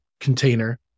container